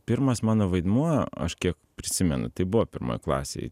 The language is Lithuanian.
pirmas mano vaidmuo aš kiek prisimenu tai buvo pirmoj klasėj